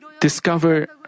discover